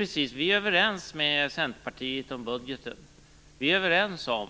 Regeringen är överens med Centerpartiet om budgeten och om